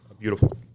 Beautiful